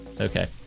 Okay